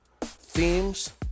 themes